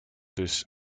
this